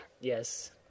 Yes